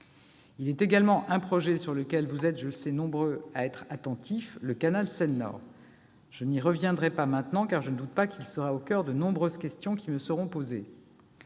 Il est également un projet sur lequel vous êtes- je le sais -nombreux à être attentifs : le canal Seine-Nord. Je n'y insisterai pas maintenant, car je ne doute pas qu'il sera au coeur de nombreuses questions qui me seront posées.